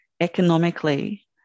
Economically